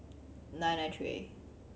nine nine three